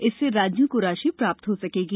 इससे राज्यों को राशि प्राप्त हो सकेगी